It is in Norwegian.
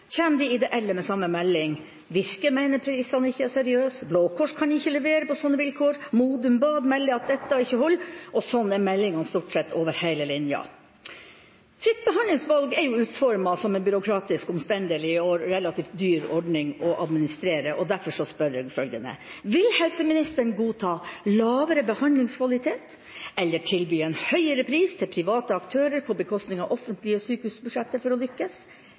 de ideelle med samme melding: Virke mener prisene ikke er seriøse, Blå Kors kan ikke levere på sånne vilkår, Modum Bad melder at dette ikke holder, og sånn er meldingene stort sett over hele linja. Fritt behandlingsvalg er utformet som en byråkratisk, omstendelig og relativt dyr ordning å administrere, og derfor spør jeg om følgende: Vil helseministeren godta lavere behandlingskvalitet, tilby en høyere pris til private aktører på bekostning av offentlige sykehusbudsjetter for å lykkes,